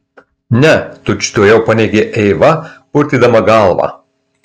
ne tučtuojau paneigė eiva purtydama galvą